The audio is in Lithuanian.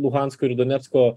luhansko ir donecko